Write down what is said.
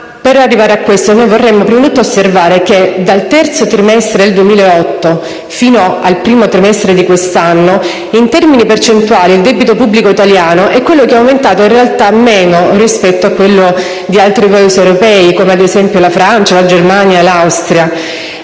per arrivare a questo, vorremmo prima di tutto osservare che, dal terzo trimestre del 2008 fino al primo trimestre di questo anno, in termini percentuali, il debito pubblico italiano è aumentato in realtà in misura minore rispetto a quello di altri Paesi europei come, ad esempio, la Francia, la Germania e l'Austria.